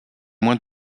moins